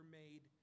made